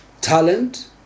Talent